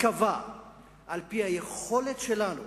תיקבע על-פי היכולת שלנו